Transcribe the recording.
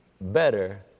better